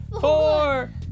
four